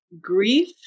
grief